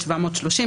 730 שקל,